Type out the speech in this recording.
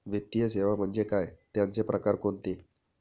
वित्तीय सेवा म्हणजे काय? त्यांचे प्रकार कोणते?